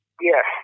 Yes